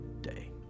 day